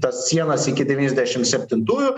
tas sienas iki devyniasdešim septintųjų